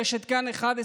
ברשת כאן 11,